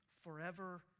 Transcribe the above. forever